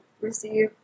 receive